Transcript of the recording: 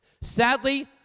Sadly